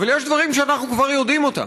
אבל יש דברים שאנחנו כבר יודעים אותם.